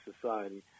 society